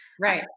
Right